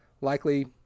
likely